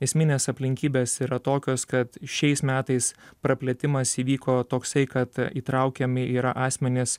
esminės aplinkybės yra tokios kad šiais metais praplėtimas įvyko toksai kad įtraukiami yra asmenys